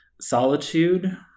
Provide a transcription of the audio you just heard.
Solitude